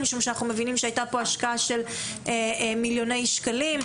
משום שאנחנו מבינים שהייתה פה השקעה של מיליוני שקלים,